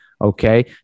Okay